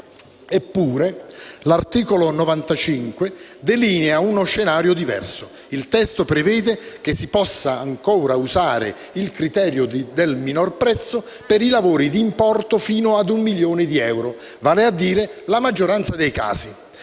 Eppure, l'articolo 95 delinea uno scenario diverso: il testo prevede che si possa ancora usare il criterio del minor prezzo per i lavori di importo fino ad un milione di euro, vale a dire la maggioranza dei casi: